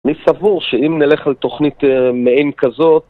אני סבור, שאם נלך על תוכנית מעין כזאת...